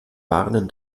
warnen